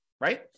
right